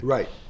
Right